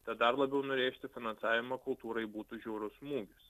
tad dar labiau nurėžti finansavimą kultūrai būtų žiaurus smūgis